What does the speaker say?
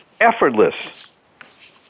effortless